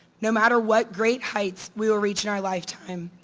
no matter what great heights we'll reach in our lifetime,